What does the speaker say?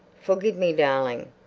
forgive me, darling,